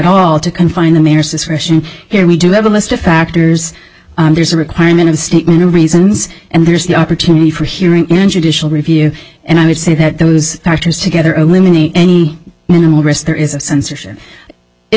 all to confine a man or secession here we do have a list of factors there's a requirement of statement of reasons and there's the opportunity for hearing in judicial review and i would say that those factors together eliminate any animal rest there is a censorship